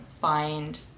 find